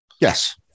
Yes